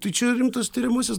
tai čia rimtas tiriamasis